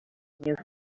new